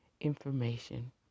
information